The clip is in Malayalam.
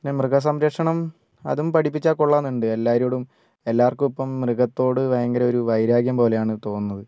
പിന്നെ മൃഗസംരക്ഷണം അതും പഠിപ്പിച്ചാൽ കൊള്ളാം എന്നുണ്ട് എല്ലാവരോടും എല്ലാവർക്കും ഇപ്പം മൃഗത്തോട് ഭയങ്കര ഒരു വൈരാഗ്യം പോലെ ആണ് തോന്നുന്നത്